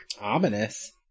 Ominous